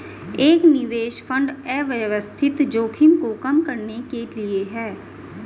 एक निवेश फंड अव्यवस्थित जोखिम को कम करने के लिए है